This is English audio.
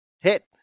hit